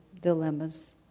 dilemmas